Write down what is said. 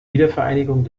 wiedervereinigung